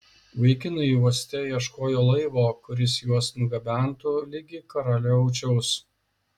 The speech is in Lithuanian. vaikinai uoste ieškojo laivo kuris juos nugabentų ligi karaliaučiaus